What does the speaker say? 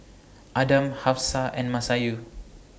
Adam Hafsa and Masayu